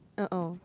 uh oh